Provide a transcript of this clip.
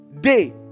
day